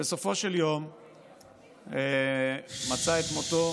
ובסופו של יום מצא את מותו